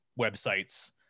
websites